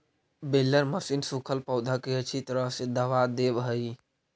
baler machine सूखल पौधा के अच्छी तरह से दबा देवऽ हई